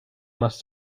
must